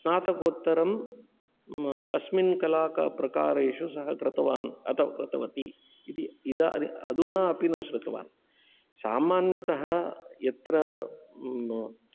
स्नातकोत्तरम् अस्मिन् कलाका प्रकारेषु सः कृतवान् अथवा कृतवती इति इदानी्ं अद् अधुना अपि न श्रुतवान् सामान्यतः यत्र